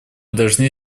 должны